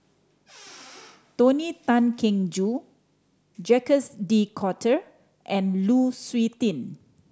Tony Tan Keng Joo Jacques De Coutre and Lu Suitin